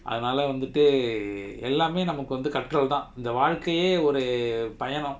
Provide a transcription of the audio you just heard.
அதனால வந்துட்டு எல்லாமே நமக்கு வந்து கற்றல்தா இந்த வாழ்க்கையே ஒரு பயனோ:athanala vanthutu ellamae namaku vanthu katralthaa intha vaalkayae oru payano